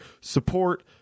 Support